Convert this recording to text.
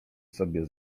sobie